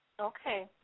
Okay